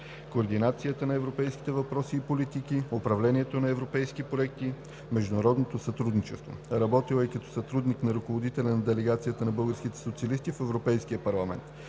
координацията на европейски въпроси и политики, управлението на европейски проекти, международното сътрудничество. Работила е като сътрудник на ръководителя на Делегацията на българските социалисти в Европейския парламент.